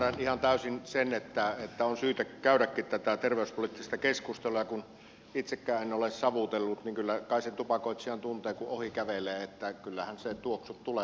minä ymmärrän ihan täysin sen että on syytä käydäkin tätä terveyspoliittista keskustelua ja kun itsekään en ole savutellut niin kyllä kai sen tupakoitsijan tuntee kun ohi kävelee kyllähän ne tuoksut tulevat